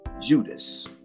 Judas